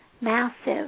massive